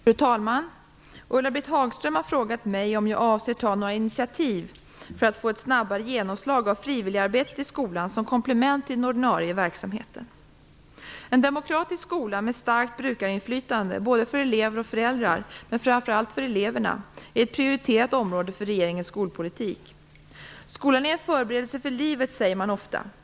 Fru talman! Ulla-Britt Hagström har frågat mig om jag avser att ta några initiativ för att få ett snabbare genomslag av frivilligarbetet i skolan som komplement till den ordinarie verksamheten. En demokratisk skola med starkt brukarinflytande, både för lärare och föräldrar, men framför allt för eleverna, är ett prioriterat område för regeringens skolpolitik. Skolan är en förberedelse för livet, säger man ofta.